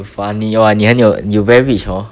you funny !wah! 你很有 you very rich hor